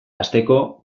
hasteko